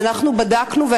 אז אנחנו בדקנו,